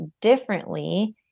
differently